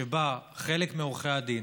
שבה חלק מעורכי הדין,